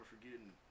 forgetting